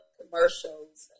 commercials